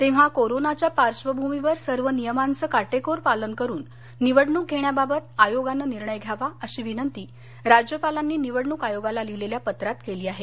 तेव्हा कोरोनाच्या पार्श्वभूमीवर सर्व नियमांच काटेकोर पालन करून निवडणूक घेण्याबाबत आयोगानं निर्णय घ्यावा अशी विनंती राज्यपालांनी निवडणूक आयोगाला लिहिलेल्या पत्रात केली आहे